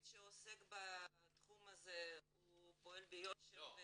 אנחנו רוצים לחשוב שכל עורך דין שעוסק בתחום הזה פועל ביושר ובמקצועיות.